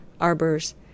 arbors